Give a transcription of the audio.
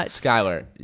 Skylar